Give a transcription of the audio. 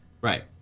Right